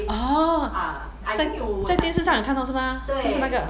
orh 在在电视上有看到是吗是不是那个